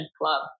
club